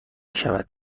شود